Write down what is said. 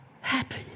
Happy